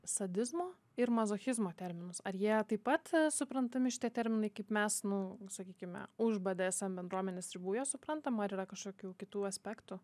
sadizmo ir mazochizmo terminus ar jie taip pat nesuprantami šitie terminai kaip mes nu sakykime už bdsm bendruomenės ribų juos suprantam ar yra kažkokių kitų aspektų